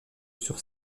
sur